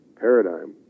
paradigm